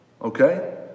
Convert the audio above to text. Okay